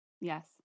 yes